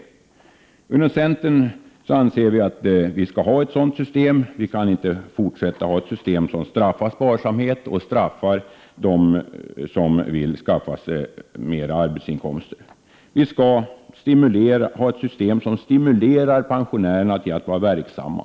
Vi inom centern anser att vi inte kan fortsätta att ha ett sådant system som straffar sparande och straffar dem som vill skaffa sig mera arbetsinkomster. Vi skall ha ett system som stimulerar pensionärerna till att vara verksamma.